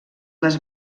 les